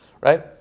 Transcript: Right